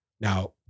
Now